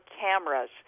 cameras